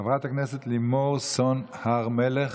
חברת הכנסת לימור סון הר מלך,